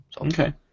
Okay